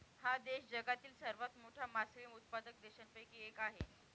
हा देश जगातील सर्वात मोठा मासळी उत्पादक देशांपैकी एक आहे